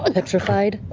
um petrified?